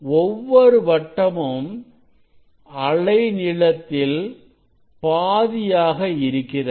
ஒவ்வொரு வட்டமும் அலைநீளத்தில் பாதியாக இருக்கிறது